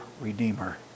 redeemer